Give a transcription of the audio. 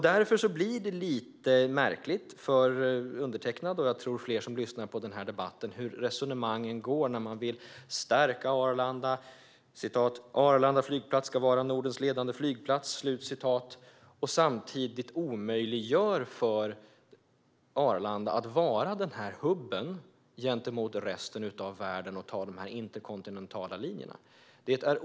Därför blir resonemangen lite märklig för undertecknad - jag tror även för de som lyssnar på debatten - när man vill stärka Arlanda och säger att "Arlanda flygplats ska vara Nordens ledande storflygplats". Samtidigt omöjliggör man för Arlanda att vara en sådan hubb gentemot resten av världen och att kunna ta de interkontinentala linjerna.